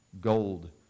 gold